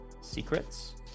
secrets